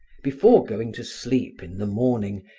before going to sleep in the morning,